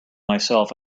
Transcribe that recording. myself